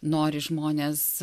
nori žmonės